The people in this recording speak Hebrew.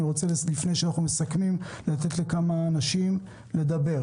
אני רוצה לתת לכמה אנשים לדבר.